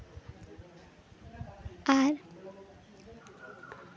ᱟᱨ